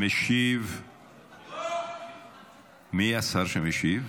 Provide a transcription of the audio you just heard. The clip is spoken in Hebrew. מי השר שמשיב?